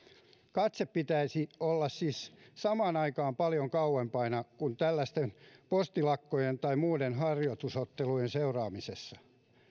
katse pitäisi olla siis samaan aikaan paljon kauempana kuin tällaisten postilakkojen tai muiden harjoitusotteluiden seuraamisessa